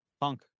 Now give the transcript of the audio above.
Punk